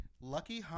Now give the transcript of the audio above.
Lucky